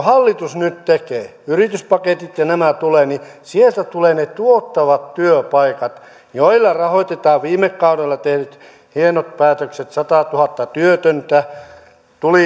hallitus nyt tekee yrityspaketit ja nämä tulevat tulevat ne tuottavat työpaikat joilla rahoitetaan viime kaudella tehdyt hienot päätökset satatuhatta työtöntä